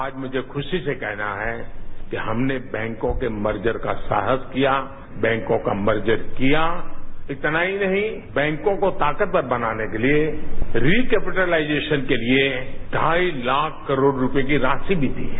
आज मुझे खुशी से कहना है कि हमने बैंकों के मर्जर का साहस किया बैंकों का मर्जर किया इतना ही नहीं बैंकों को ताकतवर बनाने के लिए रिकैपिटलाइजेशन के लिए ढाई लाख करोड़ रूपए की राशि भी दी है